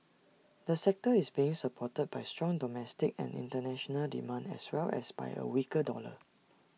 the sector is being supported by strong domestic and International demand as well as by A weaker dollar